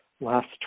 last